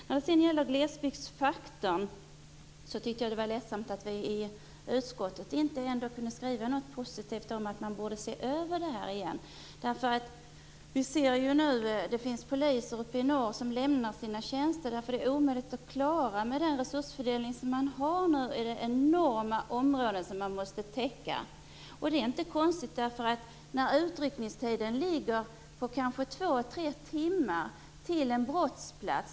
När det gäller glesbygdsfaktorn måste jag säga att det är ledsamt att vi i utskottet inte kunde ha en positiv skrivning om att detta återigen borde ses över. Vi ser ju att poliser uppe i norr lämnar sina tjänster därför att det med nuvarande resursfördelning är omöjligt att klara de enorma områden som måste täckas in. Detta är inte så konstigt. Kanske rör det sig om två tre timmars tid för att rycka ut till en brottsplats.